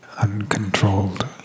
uncontrolled